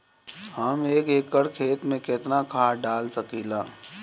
हम एक एकड़ खेत में केतना खाद डाल सकिला?